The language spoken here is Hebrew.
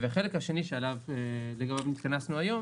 החלק השני, שעליו התכנסנו היום